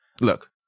Look